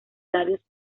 labios